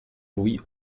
louis